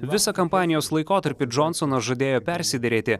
visą kampanijos laikotarpį džonsonas žadėjo persiderėti